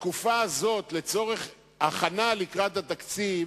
התקופה הזאת, לצורך הכנת התקציב,